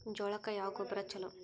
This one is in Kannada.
ಜೋಳಕ್ಕ ಯಾವ ಗೊಬ್ಬರ ಛಲೋ?